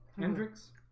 hendrix